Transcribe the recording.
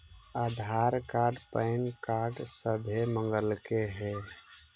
आधार card PAN card सभे मगलके हे?